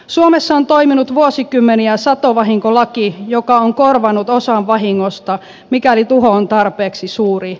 suomessa on toiminut vuosikymmeniä satovahinkolaki joka on korvannut osan vahingosta mikäli tuho on tarpeeksi suuri